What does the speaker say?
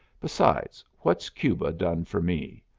besides, what's cuba done for me?